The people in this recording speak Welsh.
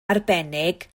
arbennig